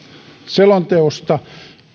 selonteosta